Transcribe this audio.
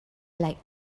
like